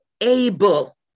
able